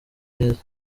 neza